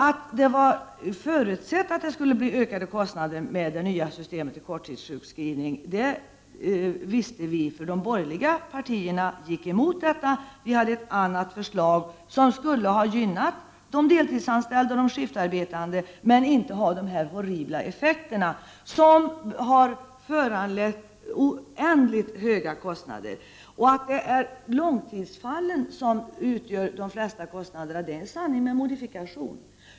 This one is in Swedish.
Att det nya systemet för ersättning vid korttidssjukskrivning skulle medföra ökade kostnader visste vi. De borgerliga partierna gick också emot det förslaget. Vilade fram ett annat förslag som skulle ha gynnat deltidsanställda och skiftarbetande utan att ha de horribla effekter som har föranlett synnerligen höga kostnader. Att det är långtidssjukskrivningarna som drar med sig de största kostnaderna är en sanning med modifikation.